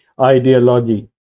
ideology